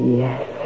yes